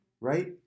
Right